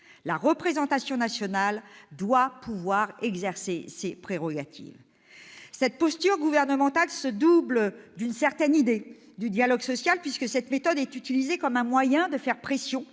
La représentation nationale doit pouvoir exercer ses prérogatives. Cette posture gouvernementale se double d'une certaine idée du dialogue social, cette méthode étant utilisée comme un moyen de faire pression